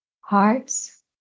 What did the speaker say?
Hearts